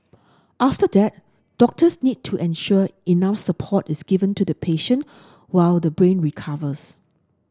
after that doctors need to ensure enough support is given to the patient while the brain recovers